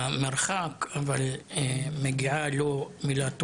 מרחק אבל מילה טובה מגיעה לו ומשפחתו